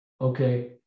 Okay